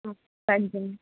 పని చెయ్యడానికి